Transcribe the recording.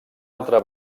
altra